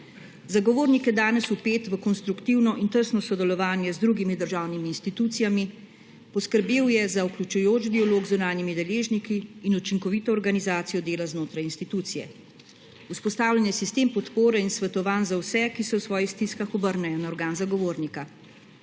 Zagovornik je danes vpet v konstruktivno in tesno sodelovanje z drugimi državnimi institucijami, poskrbel je za vključujoč dialog z zunanjimi deležniki in učinkovito organizacijo delo znotraj institucije. Vzpostavljen je sistem podpore in svetovanj za vse, ki se v svojih stiskah obrnejo na organ zagovornika.